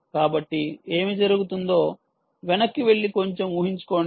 కాబట్టి ఏమి జరుగుతుందో వెనక్కి వెళ్లి కొంచెం ఊహించుకోండి